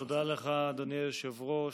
תודה לך, אדוני היושב-ראש.